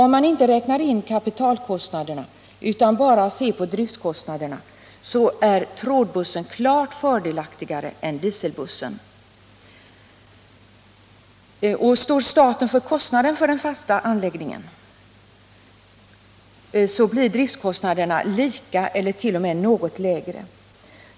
Om man inte räknar in kapitalkostnaderna utan bara ser på driftkostnaderna är 15 trådbussen klart fördelaktigare än dieselbussen, och står staten för kostnaden för den fasta anläggningen så blir driftkostnaderna lika höga eller t.o.m. något lägre för trådbussen.